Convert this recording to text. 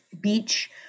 beach